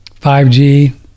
5G